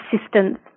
assistance